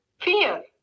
fear